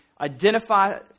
identify